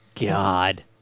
God